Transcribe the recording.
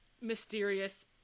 mysterious